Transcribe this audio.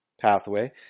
pathway